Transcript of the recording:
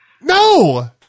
no